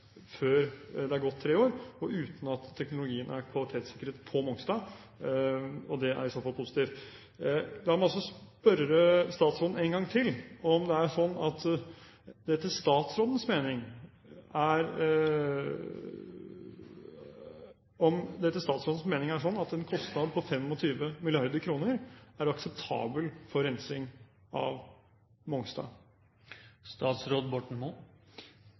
før det er gått tre år, og uten at teknologien er kvalitetssikret på Mongstad. Det er i så fall positivt. La meg også spørre statsråden en gang til om det er slik at en kostnad på 25 mrd. kr etter statsrådens mening er akseptabel for rensing av